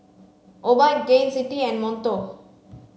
Obike Gain City and Monto